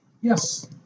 Yes